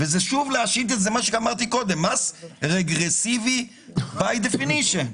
אחרת זה מס רגרסיבי בהגדרה.